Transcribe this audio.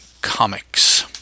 Comics